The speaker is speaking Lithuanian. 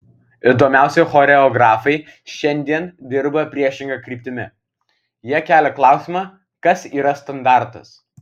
įdomiausi choreografai šiandien dirba priešinga kryptimi jie kelia klausimą kas yra standartas